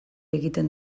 egiten